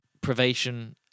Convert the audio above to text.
privation